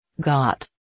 Got